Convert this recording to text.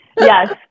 Yes